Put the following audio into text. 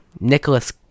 Nicholas